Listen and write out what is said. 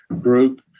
group